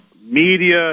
media